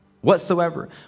whatsoever